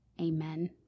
amen